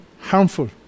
harmful